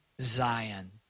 Zion